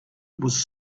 was